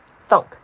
Thunk